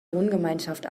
wohngemeinschaft